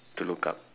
to look up